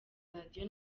radio